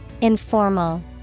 Informal